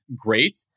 great